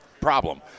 problem